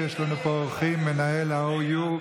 מנהל ה-OU,